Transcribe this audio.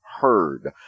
heard